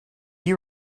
you